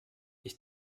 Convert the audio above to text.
ich